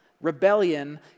rebellion